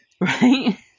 Right